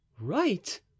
right